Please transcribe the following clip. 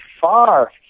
far